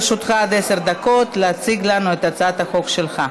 לרשותך עד עשר דקות להציג לנו את הצעת החוק שלך.